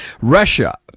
Russia